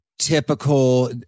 Typical